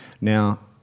Now